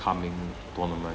coming tournament